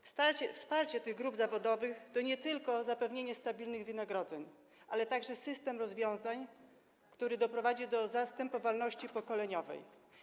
Wsparcie tych grup zawodowych to nie tylko zapewnienie stabilnych wynagrodzeń, ale także system rozwiązań, który doprowadzi do zastępowalności pokoleniowej.